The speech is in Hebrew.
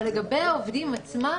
אבל לגבי העובדים עצמם,